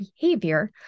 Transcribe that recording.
behavior